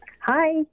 hi